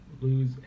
lose